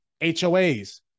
HOAs